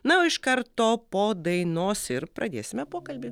na o iš karto po dainos ir pradėsime pokalbį